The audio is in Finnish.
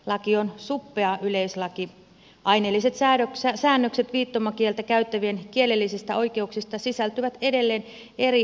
laki on suppea yleislaki aineelliset säännökset viittomakieltä käyttävien kielellisistä oikeuksista sisältyvät edelleen eri hallinnonalojen lainsäädäntöön